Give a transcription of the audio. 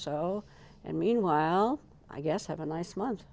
so and meanwhile i guess have a nice month